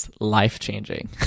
life-changing